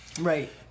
right